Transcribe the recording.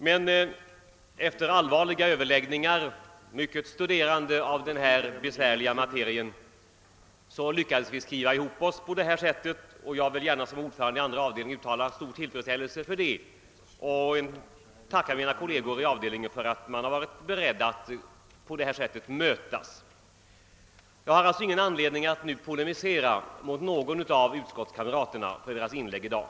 Men efter allvarliga överläggningar och mycket studerande av denna besvärliga materia lyckades vi skriva ihop oss, och jag vill gärna som ordförande i andra avdelningen uttala min stora tillfredsställelse häröver och tacka mina kolleger i avdelningen för att de varit beredda att mötas på detta sätt. Jag har alltså ingen anledning att polemisera mot någon av utskottskamraterna med anledning av deras inlägg i dag.